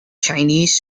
chinese